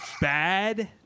bad